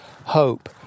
hope